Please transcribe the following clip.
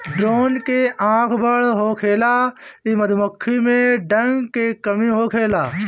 drone के आँख बड़ होखेला इ मधुमक्खी में डंक के कमी होखेला